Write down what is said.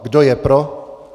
Kdo je pro?